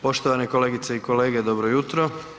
Poštovane kolegice i kolege, dobro jutro.